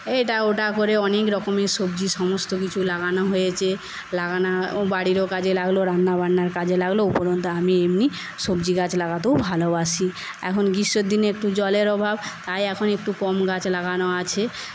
এটা ওটা করে অনেক রকমের সবজি সমস্ত কিছু লাগানো হয়েছে লাগানো বাড়িরও কাজে লাগলো রান্না বান্নার কাজে লাগলো উপরন্তুু আমি এমনি সবজি গাছ লাগাতেও ভালোবাসি এখন গ্রীষ্মর দিনে একটু জলের অভাব তাই এখন একটু কম গাছ লাগানো আছে